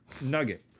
nugget